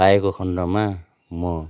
पाएको खण्डमा म